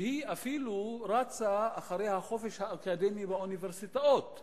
שהיא אפילו רצה אחרי החופש האקדמי באוניברסיטאות.